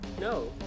no